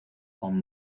con